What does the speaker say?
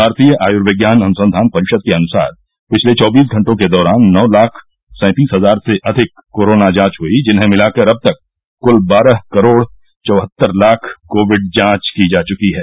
भारतीय आयूर्विज्ञान अनुसंधान परिषद के अनुसार पिछले चौबीस घंटों के दौरान नौ लाख सैंतीस हजार से अधिक कोरोना जांच हुई जिन्हें मिलाकर अब तक कुल बारह करोड चौहत्तर लाख कोविड जांच की जा चुकी है